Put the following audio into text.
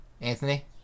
Anthony